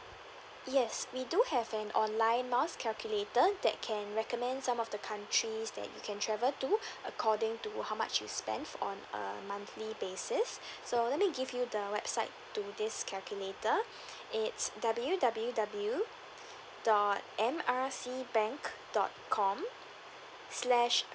yes we do have an online miles calculator that can recommend some of the countries that you can travel to according to how much you spend on a monthly basis so let me give you the website to this calculator it's W_W_W dot M R C bank dot com slash